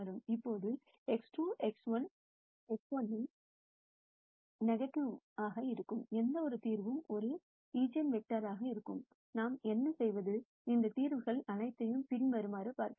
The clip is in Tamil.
இப்போது X2 X1 இன் நெகட்டீவ்வாக இருக்கும் எந்தவொரு தீர்வும் ஒரு ஈஜென்வெக்டராக இருக்கும் நாம் என்ன செய்வது அந்த தீர்வுகள் அனைத்தையும் பின்வருமாறு பார்ப்போம்